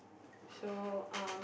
so um